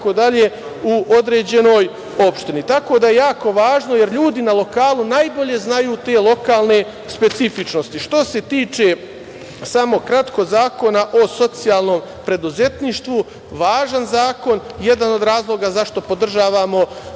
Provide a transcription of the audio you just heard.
u određenoj opštini. Tako da je jako važno jer ljudi na lokalu najbolje znaju te lokalne specifičnosti. Što se tiče, samo kratko, Zakona o socijalnom preduzetništvu, važan zakon. Jedan od razloga zašto podržavamo